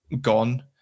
gone